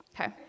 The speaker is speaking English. Okay